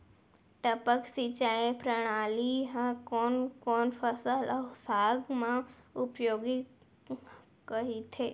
टपक सिंचाई प्रणाली ह कोन कोन फसल अऊ साग म उपयोगी कहिथे?